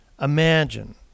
Imagine